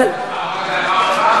לפעם הבאה.